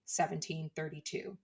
1732